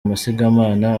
amasigamana